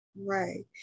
Right